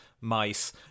mice